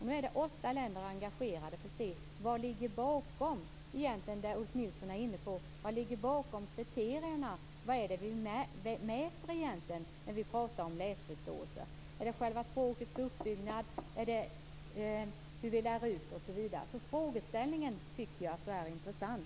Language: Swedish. Nu är åtta länder engagerade i att se vad som egentligen ligger bakom kriterierna - precis det som Ulf Nilsson är inne på. Vad är det egentligen vi mäter när vi pratar om läsförståelse? Är det själva språkets uppbyggnad? Är det hur vi lär ut osv.? Frågeställningen tycker jag alltså är intressant.